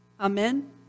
Amen